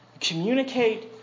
communicate